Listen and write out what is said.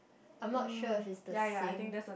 I'm not sure if it's the same